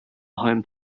home